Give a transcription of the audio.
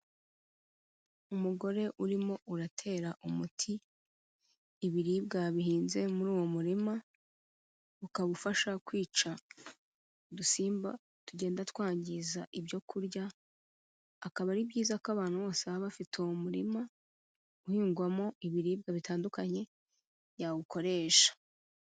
Umugore urimo uratera umuti ibiribwa bihinze muri uwo murima ukabafasha kwica udusimba tugenda twangiza ibyo kurya, akaba ari byiza ko abantu bose baba bafite uwo murima, uhingwamo ibiribwa bitandukanye yawukoresha.